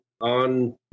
on